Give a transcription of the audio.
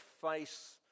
face